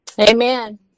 Amen